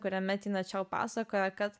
kuriame tina čiau pasakojo kad